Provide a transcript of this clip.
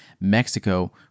Mexico